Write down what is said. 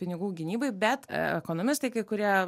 pinigų gynybai bet ekonomistai kai kurie